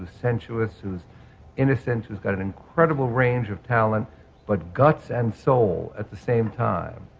ah sensuous, who's innocent, who's got an incredible range of talent but guts and soul at the same time,